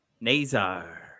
Nazar